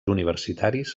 universitaris